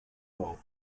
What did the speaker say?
all